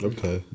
Okay